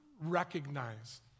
recognize